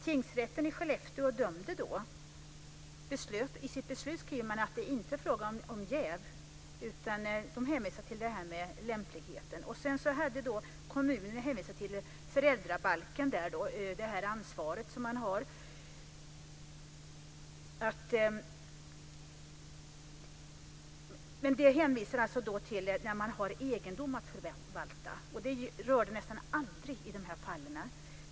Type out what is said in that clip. Tingsrätten i Skellefteå skrev i sitt beslut att det inte är fråga om jäv, utan man hänvisar till lämplighet. Sedan hade kommunen hänvisat till föräldrabalken och det ansvar man har, men det hänvisar alltså till när man har egendom att förvalta, och det rör det nästan aldrig i de här fallen.